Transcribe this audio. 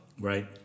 Right